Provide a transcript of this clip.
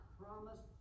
promise